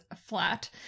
flat